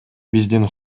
биздин